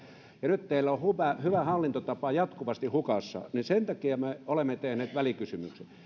ja nyt teillä on hyvä hallintotapa jatkuvasti hukassa sen takia me olemme tehneet välikysymyksen